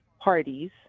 parties